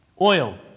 Oil